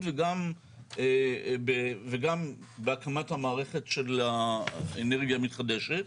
וגם בהקמת המערכת של האנרגיה המתחדשת,